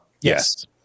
Yes